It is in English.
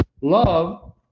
love